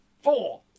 Four